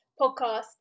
podcast